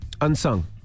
Unsung